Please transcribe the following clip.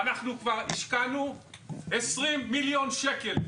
ואנחנו כבר השקענו 20 מיליון שקל.